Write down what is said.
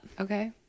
Okay